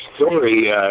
story